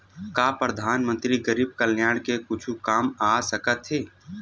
का परधानमंतरी गरीब कल्याण के कुछु काम आ सकत हे